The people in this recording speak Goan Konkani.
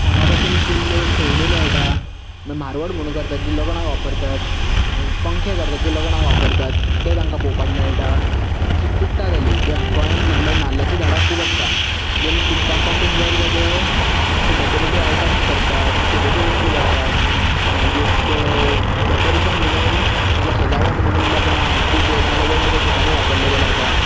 कोण्या पासून केल्ल्यो खेळण्यो मेळटा म्हारवत म्हणून करतात जी लग्नांक वापरतात मागीर पंखे करतात जीं लग्नांक वापरतात तें तांकां पळोवपाक मेळटा चुट्टां जालीं गोंयांन म्हणळ्यार नाल्लाचीं झाडां खूब आसता जाल्या चुट्टां पासून वेगवेगळे अशीं डॅकोरेटीव आयटम्स करतात शोबेच्यो वस्तू करतात मागीर ते डॅकोरेशन म्हणून नाजाल्यार सजावट म्हणून लगनाक पुजेक नाजाल्यार वेगवेगळे ठिकाणी वापरले वता